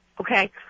okay